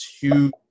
huge